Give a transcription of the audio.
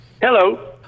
Hello